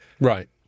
Right